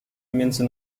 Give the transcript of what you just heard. pomiędzy